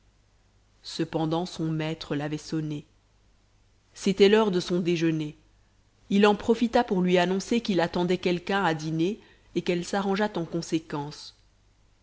cependant son maître l'avait sonnée c'était l'heure de son déjeuner il en profita pour lui annoncer qu'il attendait quelqu'un à dîner et qu'elle s'arrangeât en conséquence